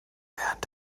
während